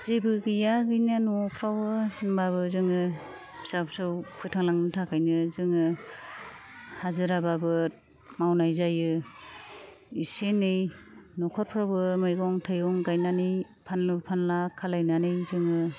जेबो गैया गैनाया न'फ्रावबो होमबाबो जोङो फिसा फिसौ फोथांलांनो थाखायनो जोङो हाजिराबाबो मावनाय जायो एसे एनै न'खरफ्रावबो मैगं थाइगं गायनानै फानलु फानला खालायनानै जोङो